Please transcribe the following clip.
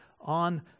on